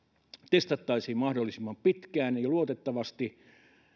testattaisiin mahdollisimman pitkään ja luotettavasti